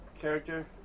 character